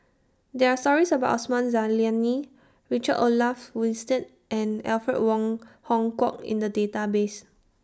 There Are stories about Osman Zailani Richard Olaf Winstedt and Alfred Wong Hong Kwok in The Database